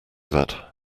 that